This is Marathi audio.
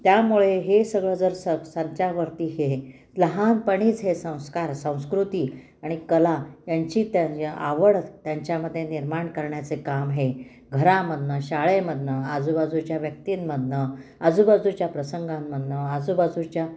त्यामुळे हे सगळं जर स सणच्यावरती हे लहानपणीच हे संस्कार संस्कृती आणि कला यांची त्यां आवड त्यांच्यामध्ये निर्माण करण्याचे काम हे घरामधून शाळेमधून आजूबाजूच्या व्यक्तींमधून आजूबाजूच्या प्रसंगांमधून आजूबाजूच्या